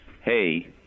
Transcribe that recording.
hey